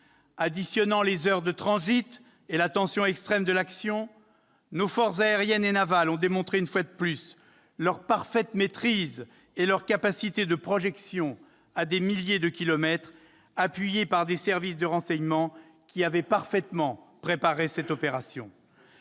Conjuguant des heures de transit et la tension extrême de l'action, nos forces aériennes et navales ont démontré une fois de plus leur parfaite maîtrise et leur capacité de projection à des milliers de kilomètres, dont elles disposent grâce à l'appui des services de renseignement, qui avaient parfaitement préparé cette opération.